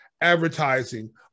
advertising